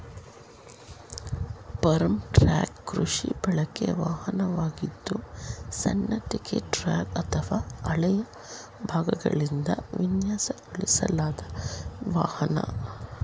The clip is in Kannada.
ಫಾರ್ಮ್ ಟ್ರಕ್ ಕೃಷಿ ಬಳಕೆ ವಾಹನವಾಗಿದ್ದು ಸಣ್ಣ ಪಿಕಪ್ ಟ್ರಕ್ ಅಥವಾ ಹಳೆಯ ಭಾಗಗಳಿಂದ ವಿನ್ಯಾಸಗೊಳಿಸಲಾದ ವಾಹನ